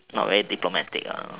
not very diplomatic